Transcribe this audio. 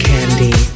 Candy